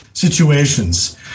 situations